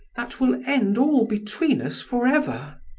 that will end all between us forever.